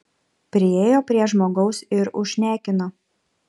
priėjo prie žmogaus ir užšnekino